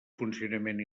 funcionament